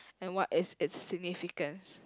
and what is it's significance